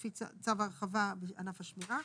לפי צו ההחרבה בענף השמירה.